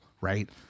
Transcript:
right